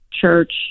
church